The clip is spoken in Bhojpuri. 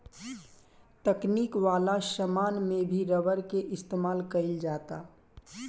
तकनीक वाला समान में भी रबर के इस्तमाल कईल जाता